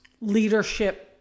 leadership